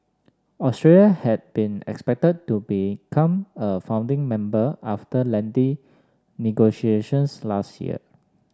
Australia had been expected to become a founding member after lengthy negotiations last year